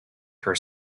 her